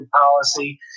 policy